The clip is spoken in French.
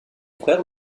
frère